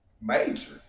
Major